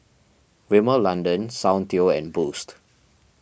Rimmel London Soundteoh and Boost